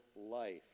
life